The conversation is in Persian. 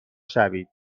شوید